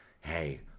hey